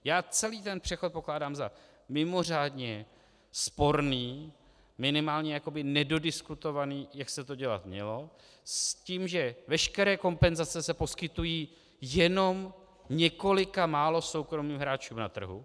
Já celý ten přechod pokládám za mimořádně sporný, minimálně jakoby nedodiskutovaný, jak se to dělat mělo, s tím, že veškeré kompenzace se poskytují jenom několika málo soukromým hráčům na trhu.